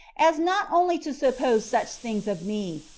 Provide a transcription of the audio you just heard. as not only to suppose such things of me,